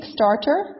Kickstarter